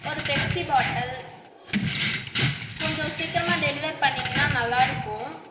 ஒரு Pepsi bottle கொஞ்சம் சீக்கிரமாக டெலிவர் பண்ணிங்கன்னா நல்லா இருக்கும்